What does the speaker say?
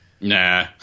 Nah